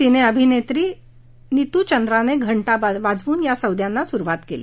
सिने अभिनेत्री नितू चंद्राने घंटा वाजवून या सौद्यांना सुरुवात केली